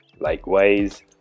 Likewise